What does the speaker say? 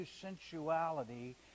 sensuality